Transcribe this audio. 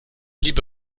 liebe